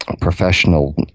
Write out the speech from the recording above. professional